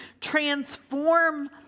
transform